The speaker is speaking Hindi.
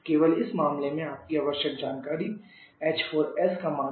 केवल इस मामले में आपकी आवश्यक जानकारी h4s का मान है